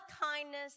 kindness